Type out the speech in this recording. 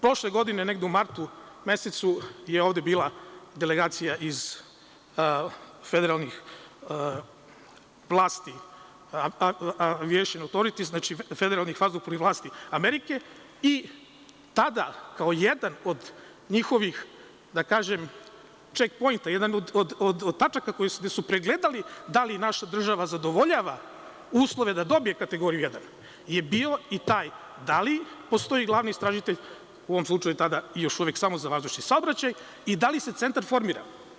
Prošle godine, negde u martu mesecu, je ovde bila delegacija iz federalnih vazduhoplovnih vlasti Amerike i tada, kao jedan od njihovih, da kažem, „ček pointa“, jedan od tačaka koje su pregledali da li naša država zadovoljava uslove da dobije kategoriju jedan, je bio i taj da li postoji glavni istražitelj, u ovom slučaju tada i još uvek samo za vazdušni saobraćaj i da li se centar formira.